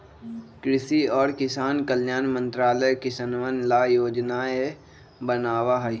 कृषि और किसान कल्याण मंत्रालय किसनवन ला योजनाएं बनावा हई